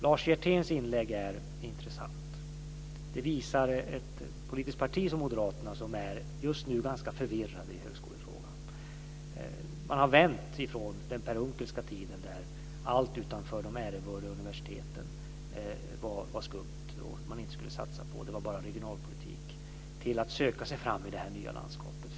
Lars Hjerténs inlägg är intressant. Det visar ett politiskt parti, Moderaterna, som just nu är ganska förvirrat i högskolefrågan. Man har vänt från den Per Unckelska tiden när allt utanför de ärevördiga universiteten var skumt och något som man inte skulle satsa på - det var bara regionalpolitik - till att söka sig fram i det nya landskapet.